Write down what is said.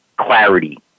clarity